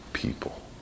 People